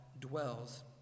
dwells